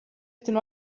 den